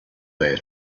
their